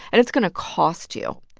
and it's going to cost you.